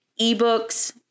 ebooks